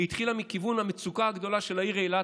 היא התחילה מכיוון המצוקה הגדולה של העיר אילת.